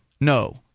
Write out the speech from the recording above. No